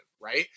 right